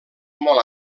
molt